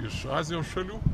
iš azijos šalių